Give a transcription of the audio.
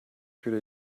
sure